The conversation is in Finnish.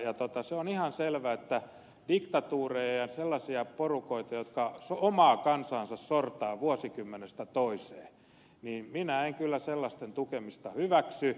se on ihan selvä että diktatuurien ja sellaisten porukoiden tukemista jotka omaa kansaansa sortavat vuosikymmenestä toiseen minä en kyllä hyväksy